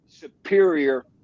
superior